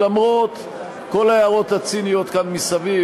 למרות כל ההערות הציניות כאן מסביב,